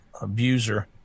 abuser